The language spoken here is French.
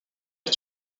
est